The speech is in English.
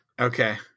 okay